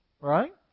right